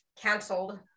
canceled